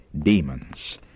demons